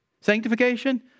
Sanctification